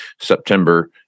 September